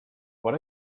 what